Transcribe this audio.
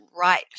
Right